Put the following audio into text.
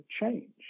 change